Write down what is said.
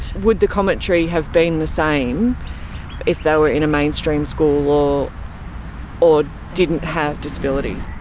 would the commentary have been the same if they were in a mainstream school or didn't have disabilities?